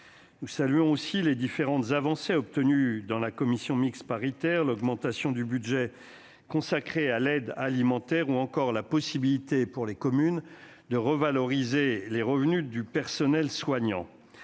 Nous saluons aussi les différentes avancées obtenues en commission mixte paritaire, comme l'augmentation du budget consacré à l'aide alimentaire ou encore la possibilité, pour les communes, de revaloriser les revenus du personnel soignant.